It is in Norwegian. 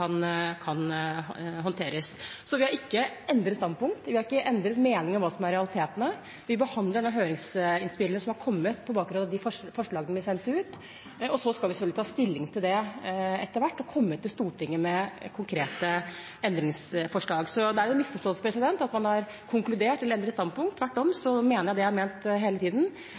kan håndteres. Vi har ikke endret standpunkt. Vi har ikke endret mening om hva som er realitetene. Vi behandler nå høringsinnspillene som har kommet på bakgrunn av de forslagene vi sendte ut. Så skal vi ta stilling til det etter hvert og komme til Stortinget med konkrete endringsforslag. Det er en misforståelse at man har konkludert eller endret standpunkt. Tvert om mener jeg det jeg har ment hele tiden,